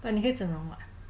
but 你可以整容吗